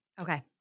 Okay